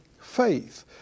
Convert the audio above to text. faith